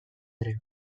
ere